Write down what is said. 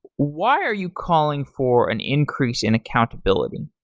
why are you calling for an increase in accountability?